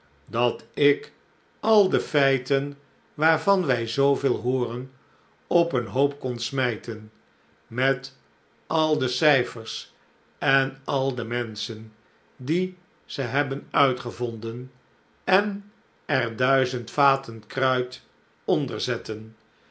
dat ik al de feiten waarvan wij zooveel hooren op een hoop kon smijten met al de cijfers en al de menschen die ze hebben uitgevonden en er duizend vaten kruit